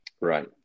Right